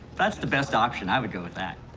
that's the best option, i would go with that.